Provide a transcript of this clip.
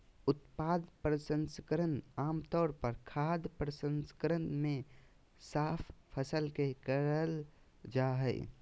उत्पाद प्रसंस्करण आम तौर पर खाद्य प्रसंस्करण मे साफ फसल के करल जा हई